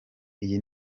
iyi